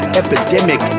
epidemic